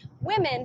women